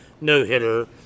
no-hitter